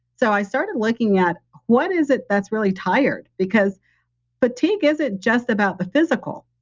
so, i started looking at what is it that's really tired, because fatigue isn't just about the physical.